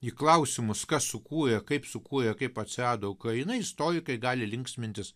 į klausimus kas sukūrė kaip sukūrė kaip atsirado ukraina istorikai gali linksmintis